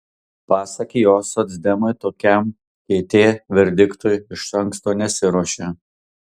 pasak jo socdemai tokiam kt verdiktui iš anksto nesiruošė